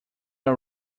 all